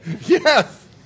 Yes